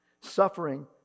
Suffering